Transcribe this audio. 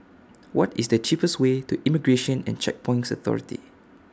What IS The cheapest Way to Immigration and Checkpoints Authority